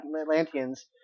Atlanteans